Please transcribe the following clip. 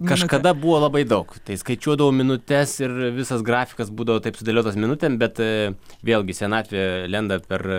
kažkada buvo labai daug tai skaičiuodavau minutes ir visas grafikas būdavo taip sudėliotas minutėm bet vėlgi senatvė lenda per